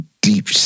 deep